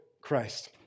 Christ